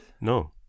no